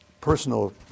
personal